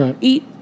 eat